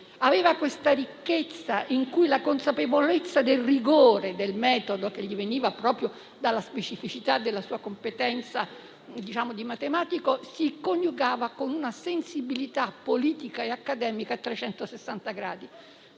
aveva questa ricchezza, in cui la consapevolezza del rigore del metodo, che gli veniva proprio dalla specificità della sua competenza di matematico, si coniugava con una sensibilità politica e accademica a